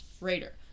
Raider